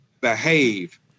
behave